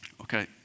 Okay